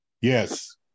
Yes